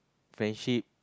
friendship